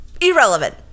irrelevant